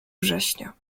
września